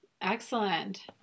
Excellent